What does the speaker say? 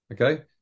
Okay